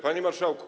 Panie Marszałku!